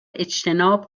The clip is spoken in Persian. اجتناب